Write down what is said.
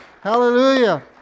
Hallelujah